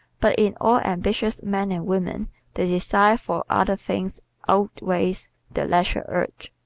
but in all ambitious men and women the desire for other things outweighs the leisure-urge.